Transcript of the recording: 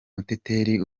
mutekereze